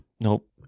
nope